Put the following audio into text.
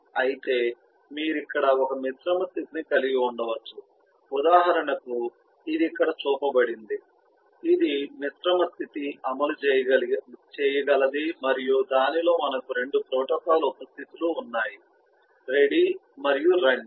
అయితే మీరు ఇక్కడ ఒక మిశ్రమ స్థితిని కలిగి ఉండవచ్చు ఉదాహరణకు ఇది ఇక్కడ చూపబడింది ఇది మిశ్రమ స్థితి అమలు చేయగలది మరియు దానిలో మనకు 2 ప్రోటోకాల్ ఉప స్థితి లు ఉన్నాయి రెడీ మరియు రన్నింగ్